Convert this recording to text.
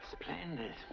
Splendid